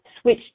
switch